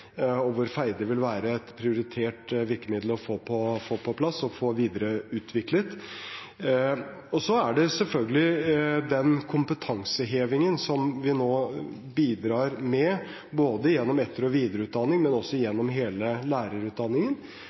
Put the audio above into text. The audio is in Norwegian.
hvor Feide vil være et prioritert virkemiddel å få på plass og få videreutviklet. Så er det selvfølgelig den kompetansehevingen som vi nå bidrar med, både gjennom etter- og videreutdanning og også gjennom hele lærerutdanningen.